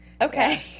Okay